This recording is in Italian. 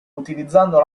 utilizzando